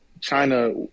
China